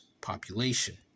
population